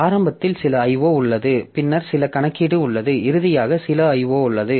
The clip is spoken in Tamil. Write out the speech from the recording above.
ஆரம்பத்தில் சில IO உள்ளது பின்னர் சில கணக்கீடு உள்ளது இறுதியாக சில IO உள்ளது